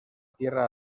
tierra